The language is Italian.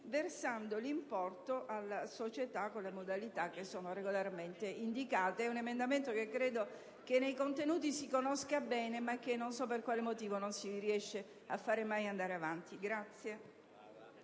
versando l'importo alle società con modalità regolarmente indicate. È un emendamento che nei contenuti si conosce bene ma che non so per quale motivo non si riesce mai a far andare avanti.